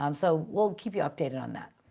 um so we'll keep you updated on that.